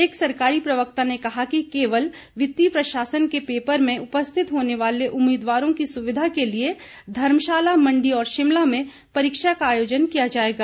एक सरकारी प्रवक्ता ने कहा कि केवल वित्तीय प्रशासन के पेपर में उपस्थित होने वाले उम्मीदवारों की सुविधा के लिए धर्मशाला मण्डी और शिमला में परीक्षा का आयोजन किया जाएगा